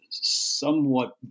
somewhat